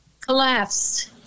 collapsed